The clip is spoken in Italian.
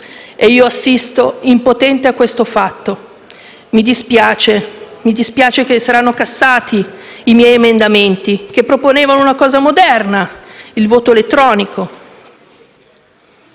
e io assisto impotente a questo fatto. Mi dispiace che saranno cassati i miei emendamenti, che proponevano una cosa moderna: il voto elettronico.